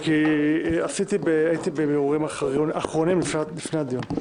כי הייתי בבירורים אחרונים לפני הדיון.